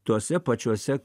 tose pačiose